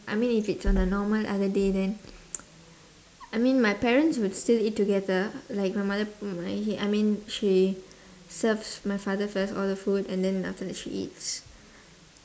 I mean if it's on a normal other day then I mean my parents would still eat together like my mother put my h~ I mean she serves my father first order food and then after that she eats